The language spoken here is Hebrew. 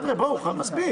חבר'ה, מספיק.